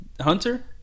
Hunter